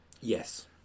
yes